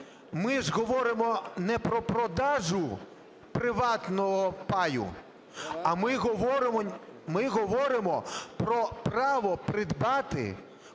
ми ж говоримо не про продаж приватного паю, а ми говоримо про право придбати